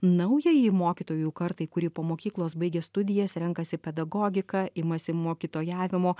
naujajai mokytojų kartai kuri po mokyklos baigia studijas renkasi pedagogiką imasi mokytojavimo